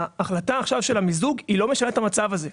שההחלטה על המיזוג לא משנה את המצב הזה.